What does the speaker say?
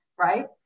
right